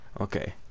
Okay